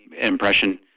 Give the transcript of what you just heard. impression